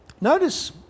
notice